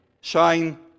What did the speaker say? shine